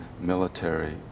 military